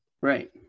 Right